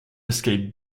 escaped